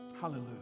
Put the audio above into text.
Hallelujah